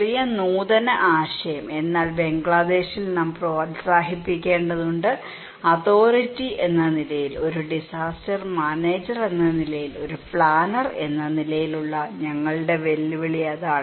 ചെറിയ നൂതന ആശയം എന്നാൽ ബംഗ്ലാദേശിൽ നാം പ്രോത്സാഹിപ്പിക്കേണ്ടതുണ്ട് അതോറിറ്റി എന്ന നിലയിൽ ഒരു ഡിസാസ്റ്റർ മാനേജർ എന്ന നിലയിൽ ഒരു പ്ലാനർ എന്ന നിലയിലുള്ള ഞങ്ങളുടെ വെല്ലുവിളി അതാണ്